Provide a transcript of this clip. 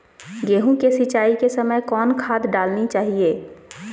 गेंहू के सिंचाई के समय कौन खाद डालनी चाइये?